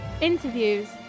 interviews